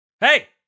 Hey